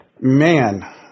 Man